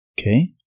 Okay